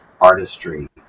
artistry